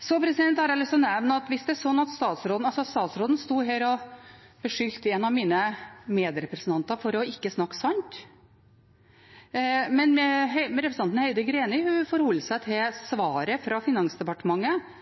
Så har jeg lyst å nevne noe annet, for statsråden sto altså her og beskyldte en av mine medrepresentanter for ikke å snakke sant. Men representanten Heidi Greni forholdt seg til